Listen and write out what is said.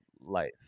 life